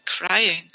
crying